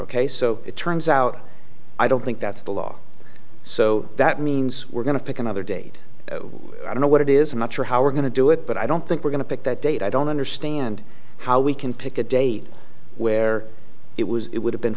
ok so it turns out i don't think that's the law so that means we're going to pick another date i don't know what it is i'm not sure how we're going to do it but i don't think we're going to pick that date i don't understand how we can pick a date where it was it would have been